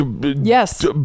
Yes